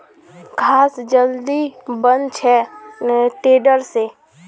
घास जल्दी बन छे टेडर से